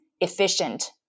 efficient